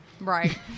Right